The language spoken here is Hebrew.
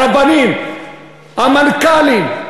המנכ"לים,